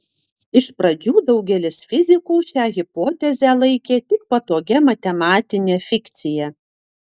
iš pradžių daugelis fizikų šią hipotezę laikė tik patogia matematine fikcija